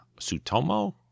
Sutomo